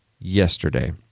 yesterday